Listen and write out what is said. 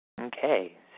Okay